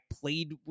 played